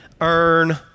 earn